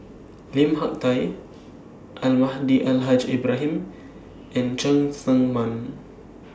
Lim Hak Tai Almahdi Al Haj Ibrahim and Cheng Tsang Man